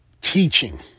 teaching